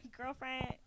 Girlfriend